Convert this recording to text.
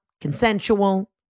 consensual